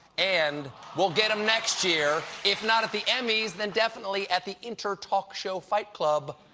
and we'll get em next year if not at the emmys, then definitely at the inter-talk-show fight club.